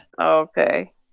okay